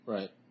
Right